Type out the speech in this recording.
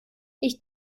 ich